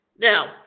Now